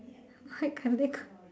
why can't they come